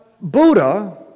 Buddha